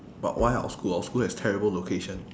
but why our school our school has terrible location